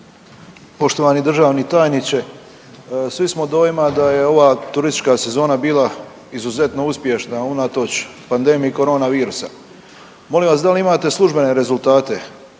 Poštovani državni tajniče svi smo dojma da je ova turistička sezona bila izuzetno uspješna unatoč pandemiji korona virusa. Molim vas da li imate službene rezultate